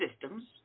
Systems